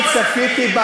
אני צפיתי.